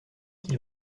qu’il